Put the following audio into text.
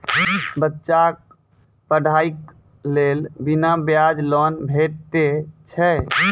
बच्चाक पढ़ाईक लेल बिना ब्याजक लोन भेटै छै?